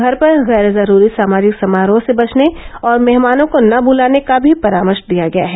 घर पर गैर जरूरी सामाजिक समारोह से बचने और मेहमानों को न बुलाने का भी परामर्श दिया गया है